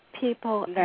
people